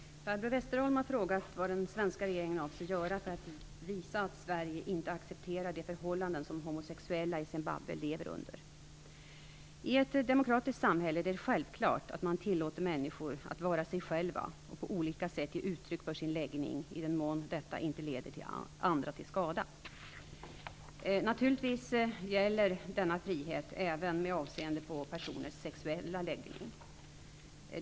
Fru talman! Barbro Westerholm har frågat vad den svenska regeringen avser att göra för att visa att Sverige inte accepterar de förhållanden som homosexuella i Zimbabwe lever under. I ett demokratiskt samhälle är det självklart att man tillåter människor att vara sig själva och på olika sätt ge uttryck för sin läggning i den mån detta inte länder andra till skada. Naturligtvis gäller denna frihet även med avseende på personers sexuella läggning.